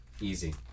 Easy